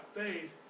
faith